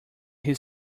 his